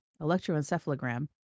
electroencephalogram